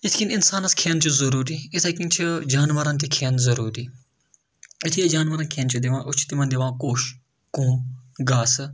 یِتھ کٔنۍ اِنسانَس کھٮ۪ن چھُ ضٔروٗری یِتھَے کٔنۍ چھِ جاناوَارَن تہِ کھٮ۪ن ضٔروٗری یُتھُے أسۍ جاناوَارَن کھٮ۪ن چھِ دِوان أسۍ چھِ تِمَن دِوان کوٚش کوٚم گاسہٕ